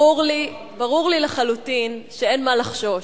ברור לי לחלוטין שאין מה לחשוש,